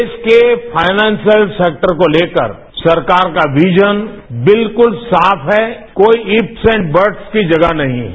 देश के financial sector को लेकर सरकार का विजन बिल्कुल साफ है कोई इफस एण्ड बट्स की जगह नहीं है